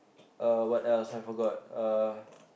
uh what else I forgot uh